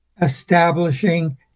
establishing